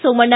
Somanna